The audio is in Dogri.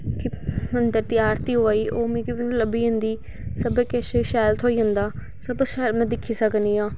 मन्दर दी आरती होआ दी ओह् मिगी लब्भी जंदी सब किश शैल थ्होई जंदा सब शैल में दिक्खी सकनी आं